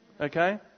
Okay